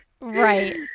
right